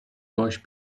باش